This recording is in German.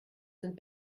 sind